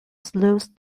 slows